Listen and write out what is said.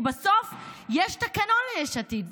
כי בסוף יש תקנון ליש עתיד,